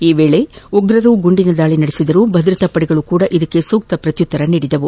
ಈ ವೇಳೆ ಉಗ್ರರು ಗುಂಡಿನ ದಾಳಿ ನಡೆಸಿದರೆ ಭದ್ರತಾ ಪಡೆಗಳು ಕೂಡ ಸೂಕ್ತ ಪ್ರತ್ಯುತ್ತರ ನೀಡಿದ್ದವು